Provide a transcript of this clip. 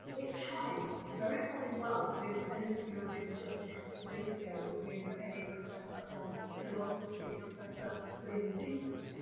it chimes very, very well with an interview i did just a couple of days ago with a professor of philosophy, professor william stephens.